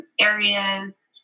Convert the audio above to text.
areas